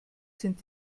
sind